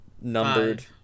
numbered